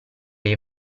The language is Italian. lei